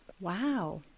Wow